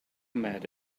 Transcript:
mad